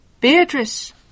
Beatrice